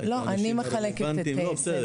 לא, אני קובעת את הסדר.